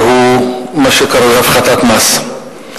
והוא מה שקרוי הפחתת מס.